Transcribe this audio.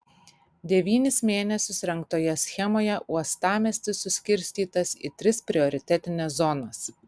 devynis mėnesius rengtoje schemoje uostamiestis suskirstytas į tris prioritetines zonas